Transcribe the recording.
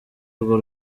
urwo